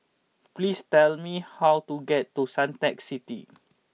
please tell me how to get to Suntec City